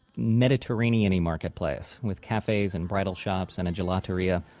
mediterranean-y marketplace with cafes and bridal shops and a gelateria.